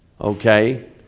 okay